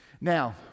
Now